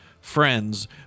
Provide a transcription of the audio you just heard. friends